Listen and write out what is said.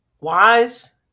wise